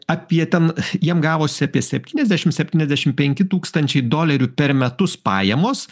apie ten jiem gavosi apie septyniasdešimt septyniasdešimt penki tūkstančiai dolerių per metus pajamos